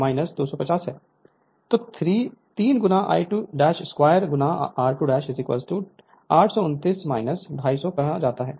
तो 3 I22r2829 250 कहा जाता है